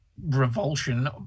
revulsion